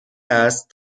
است